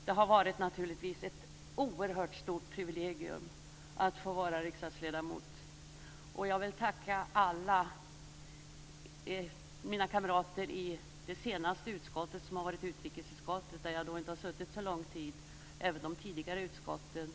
Det har naturligtvis varit ett oerhört stort privilegium att få vara riksdagsledamot. Jag vill tacka alla mina kamrater i det senaste utskottet, utrikesutskottet, där jag inte har suttit så lång tid, och även i de tidigare utskotten.